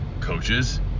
Coaches